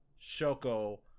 shoko